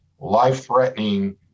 life-threatening